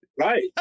Right